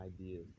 ideas